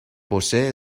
posee